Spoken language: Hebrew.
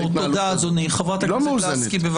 בבקשה חברת הכנסת לסקי.